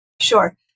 Sure